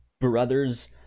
brothers